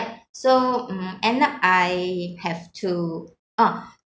so mm end up I have to oh